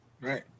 right